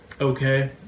okay